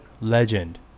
legend